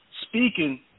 speaking